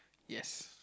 yes